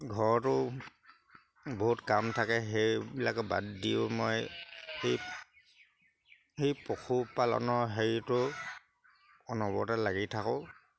ঘৰতো বহুত কাম থাকে সেইবিলাক বাদ দিয়ো মই সেই সেই পশুপালনৰ হেৰিটো অনবৰতে লাগি থাকোঁ